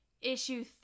issue